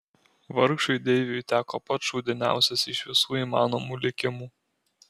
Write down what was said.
vargšui deiviui teko pats šūdiniausias iš visų įmanomų likimų